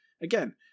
again